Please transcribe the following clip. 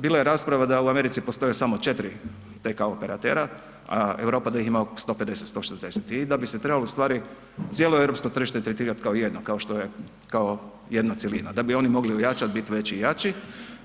Bila je rasprava da u Americi postoje samo 4 kao operatera a Europa da ih oko 150, 160. i da bi se trebalo ustvari cijelo europsko tržište tretirat kao jedno, kao jedna cjelina da bi oni mogli ojačat, bit veći i jači